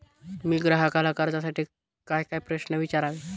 मी ग्राहकाला कर्जासाठी कायकाय प्रश्न विचारावे?